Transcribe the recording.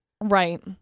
Right